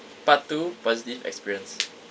part two positive experience